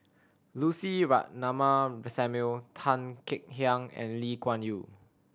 Lucy Ratnammah Samuel Tan Kek Hiang and Lee Kuan Yew